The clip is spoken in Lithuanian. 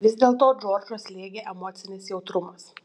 vis dėlto džordžą slėgė emocinis jautrumas